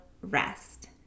rest